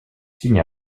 signe